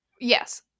Yes